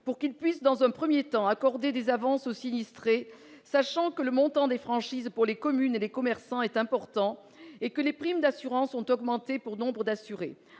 pour qu'ils puissent, dans un premier temps, accorder des avances aux sinistrés, sachant que le montant des franchises pour les communes et les commerçants est important et que les primes d'assurance ont augmenté pour nombre d'assurés.